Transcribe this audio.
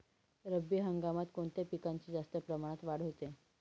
रब्बी हंगामात कोणत्या पिकांची जास्त प्रमाणात वाढ होते?